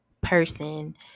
person